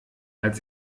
als